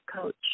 coach